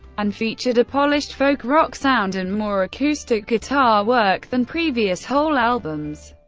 and featured a polished folk rock sound, and more acoustic guitar work than previous hole albums.